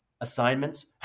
assignments